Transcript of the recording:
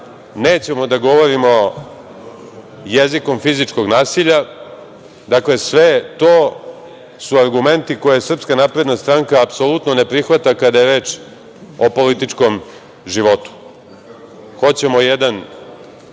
nećemo da govorimo jezikom fizičkog nasilja. Dakle, sve to su argumenti koje SNS apsolutno ne prihvata kada je reč o političkom životu. Hoćemo jedan